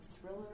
thriller